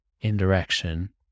indirection